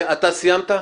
בצלאל, אתה סיימת?